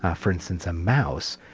ah for instance, a mouse,